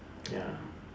ya